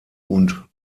und